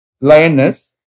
lioness